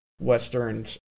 westerns